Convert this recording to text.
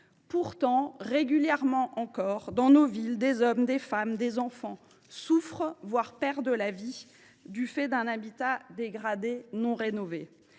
Pourtant, régulièrement encore, dans nos villes, des hommes, des femmes, des enfants souffrent, voire perdent la vie du fait d’un habitat dégradé non rénové.